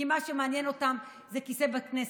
כי מה שמעניין אותם זה כיסא בכנסת.